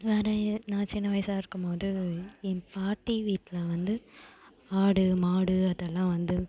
வேற ஏன் நான் சின்ன வயசாக இருக்கும்போது என் பாட்டி வீட்டி ல வந்து ஆடு மாடு அதெல்லாம் வந்து